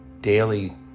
daily